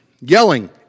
Yelling